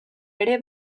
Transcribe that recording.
ere